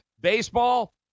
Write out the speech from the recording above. baseball